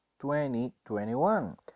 2021